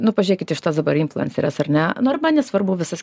nu pažiūrėkit į šitas dabar influenceres ar ne nu ir man nesvarbu visas